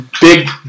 big